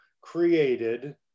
created